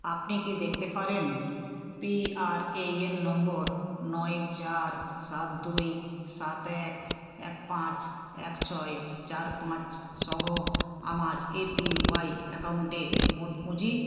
আপনি কি দেখতে পারেন পি আর এ এন নম্বর নয় চার সাত দুই সাত এক এক পাঁচ এক ছয় চার পাঁচসহ আমার এ পি ওয়াই অ্যাকাউন্টে মোট পুঁজি